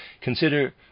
Consider